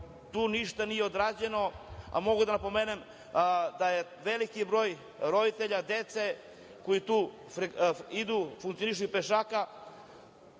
tu ništa nije odrađeno, a mogu da napomenem da je veliki broj roditelja, dece, pešaka koji tuda idu, funkcionišu,